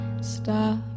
Stop